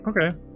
Okay